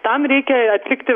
tam reikia atlikti